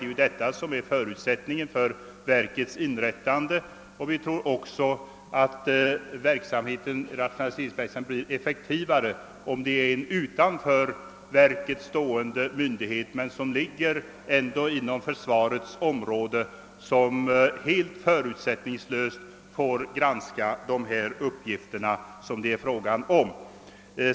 Det är ju detta som är förutsättningen för verkets inrättande. Vi tror också att rationaliseringsverksamheten blir effektivare, om den sköts av ett utanför myndigheten stående verk som ändå ligger inom försvarets område och som helt förutsättningslöst får granska de uppgifter det här är fråga om.